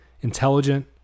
intelligent